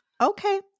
Okay